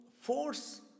force